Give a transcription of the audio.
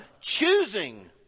choosing